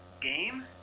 Game